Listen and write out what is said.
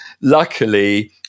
luckily